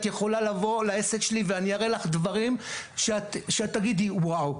את יכולה לבוא לעסק שלי ואני אראה לך דברים שאת תגידי וואו,